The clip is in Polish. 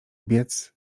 biec